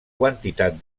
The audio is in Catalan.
quantitat